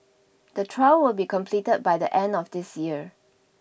the trial will be completed by the end of this year